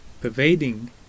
pervading